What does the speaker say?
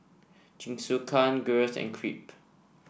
Jingisukan Gyros and Crepe